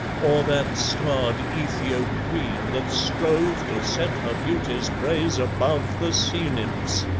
or that starred aethiop queen that strove to set her beauty's praise above the sea-nymphs,